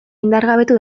indargabetu